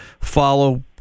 follow